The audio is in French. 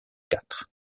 quatre